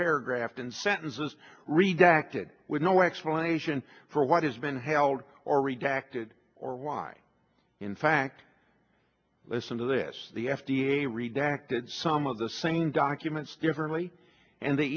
paragraphs and sentences redirected with no explanation for what has been held or redacted or why in fact listen to this the f d a redirected some of the same documents differently and they